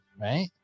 right